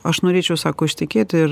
aš norėčiau sako ištekėti ir